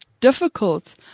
difficult